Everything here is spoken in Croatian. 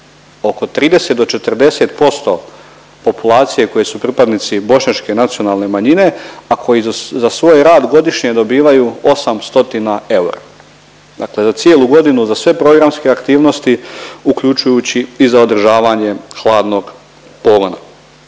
oko 30 do 40% populacije koji su pripadnici bošnjačke nacionalne manjine, a koji za svoj rad godišnje dobivaju 800 eura. Dakle za cijelu godinu za sve programske aktivnosti uključujući i za održavanje hladnog pogona.